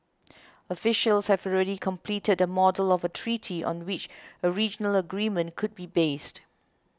officials have already completed a model of a treaty on which a regional agreement could be based